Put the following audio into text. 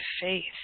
faith